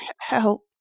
help